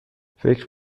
فکر